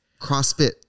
CrossFit